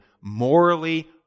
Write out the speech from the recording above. Morally